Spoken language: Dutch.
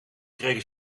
kregen